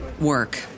work